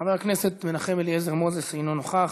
חבר הכנסת מנחם אליעזר מוזס, אינו נוכח.